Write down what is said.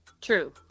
True